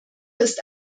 ist